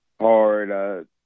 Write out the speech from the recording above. hard